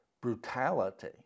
brutality